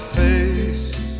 face